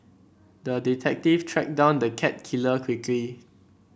the detective tracked down the cat killer quickly